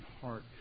heart